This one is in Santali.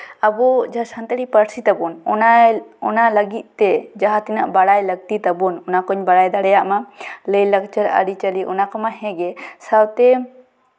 ᱟᱵᱚ ᱡᱟᱦᱟᱸ ᱥᱟᱱᱛᱟᱲᱤ ᱯᱟᱹᱨᱥᱤ ᱛᱟᱵᱚᱱ ᱚᱱᱟ ᱚᱱᱟ ᱞᱟᱹᱜᱤᱫᱛᱮ ᱡᱟᱦᱟᱸ ᱛᱤᱱᱟᱹᱜ ᱵᱟᱲᱟᱭ ᱞᱟᱹᱠᱛᱤ ᱛᱟᱵᱚᱱ ᱚᱱᱟ ᱠᱚᱧ ᱵᱟᱲᱟᱭ ᱫᱟᱲᱮᱭᱟᱜ ᱢᱟ ᱞᱟᱹᱭᱼᱞᱟᱠᱪᱟᱨ ᱟᱹᱨᱤᱪᱟᱞᱤ ᱚᱱᱟ ᱠᱚᱢᱟ ᱦᱮᱸᱜᱮ ᱥᱟᱶᱛᱮ